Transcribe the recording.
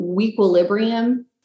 equilibrium